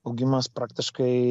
augimas praktiškai